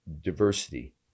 diversity